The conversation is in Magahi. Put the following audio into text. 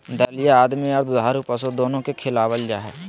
दलिया आदमी आर दुधारू पशु दोनो के खिलावल जा हई,